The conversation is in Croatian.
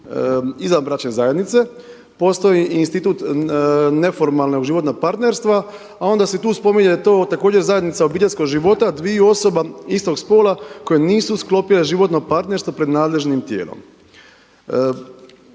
izvanbračne zajednice, postoji i institut neformalnog životnog partnerstva a ona se tu spominje da je to također zajednica obiteljskog života dviju osoba istog spola koje nisu sklopile životno partnerstvo pred nadležnim tijelom.